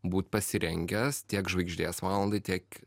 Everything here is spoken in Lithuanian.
būt pasirengęs tiek žvaigždės valandai tiek